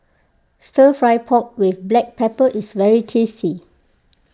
Stir Fry Pork with Black Pepper is very tasty